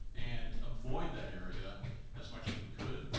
and avoid that area as much as we could,